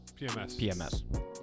PMS